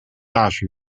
大学